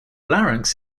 larynx